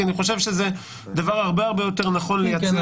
כי אני חושב שזה דבר הרבה הרבה יותר נכון לייצר.